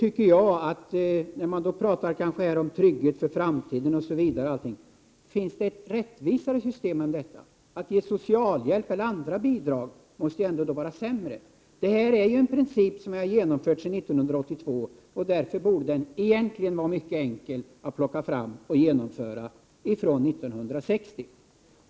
När man pratar om trygghet för framtiden osv., undrar jag: Finns det ett rättvisare system än detta? Att ge socialhjälp eller andra bidrag måste vara sämre. Vi har här en princip som har tillämpats sedan 1982, och därför borde det egentligen vara mycket enkelt att i stället tillämpa den från 1960.